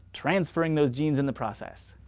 transferring those genes in the process.